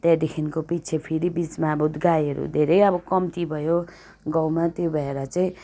त्यहाँदेखिको पिच्छे फेरि बिचमा अब गाईहरू धेरै अब कम्ति भयो गाउँमा त्यो भएर चाहिँ